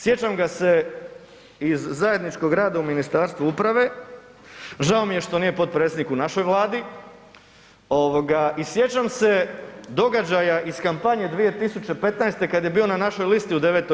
Sjećam ga se iz zajedničkog rada u Ministarstvu uprave, žao mi je što nije potpredsjednik u našoj vladi i sjećam se događaja iz kampanje 2015. kad je bio na našoj listi u IX.